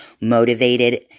motivated